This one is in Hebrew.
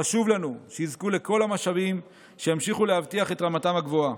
חשוב לנו שיזכו לכל המשאבים שימשיכו להבטיח את רמתם הגבוהה,